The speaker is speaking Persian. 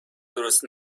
درست